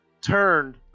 turned